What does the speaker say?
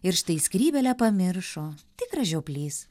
ir štai skrybėlę pamiršo tikras žioplys